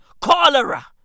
cholera